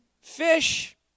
Fish